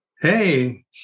Hey